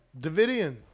Davidian